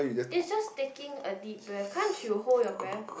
is just taking a deep breath can't you hold your breath